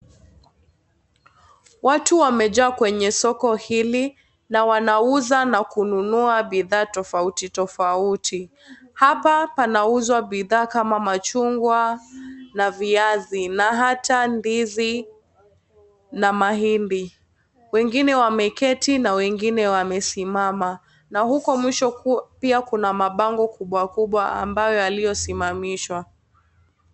Watu wamejaa kwenye soko hili na wanauza na kununua bidhaa tofauti tofauti. Hapa panauzwa bidhaa kama machungwa na viazi na hata ndizi na maembe. Wengine wameketi na wengine wamesimama. Na huko mwisho pia kuna mabango kubwa kubwa ambayo yaliyosimamishwa.